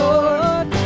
Lord